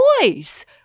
boys